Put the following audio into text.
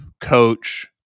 coach